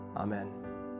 Amen